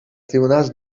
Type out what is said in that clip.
tribunals